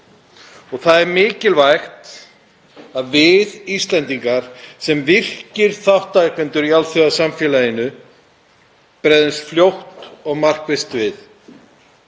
Það er mikilvægt að við Íslendingar sem virkir þátttakendur í alþjóðasamfélaginu bregðumst fljótt og markvisst við.